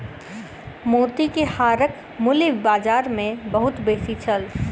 मोती के हारक मूल्य बाजार मे बहुत बेसी छल